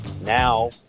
now